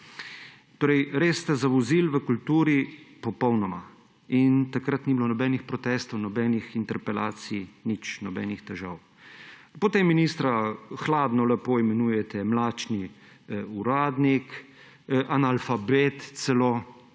narobe. Res ste zavozili v kulturi popolnoma in takrat ni bilo nobenih protestov, nobenih interpelacij, nič, nobenih težav. Potem ministra hladno lepo imenujete mlačni uradnik, analfabet celo.